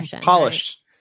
Polished